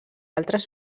altres